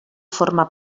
forma